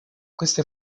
queste